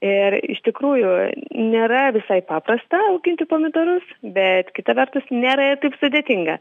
ir iš tikrųjų nėra visai paprasta auginti pomidorus bet kita vertus nėra ir taip sudėtinga